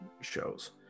shows